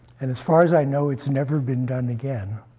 and as far as i know, it's never been done again.